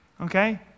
okay